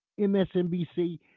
MSNBC